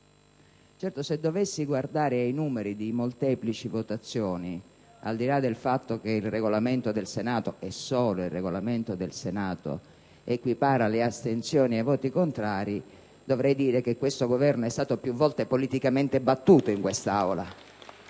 Certo, se dovessi guardare ai numeri di molteplici votazioni, al di là del fatto che il Regolamento del Senato - e solo il Regolamento del Senato - equipara le astensioni ai voti contrari, dovrei dire che questo Governo è stato più volte politicamente battuto in quest'Aula.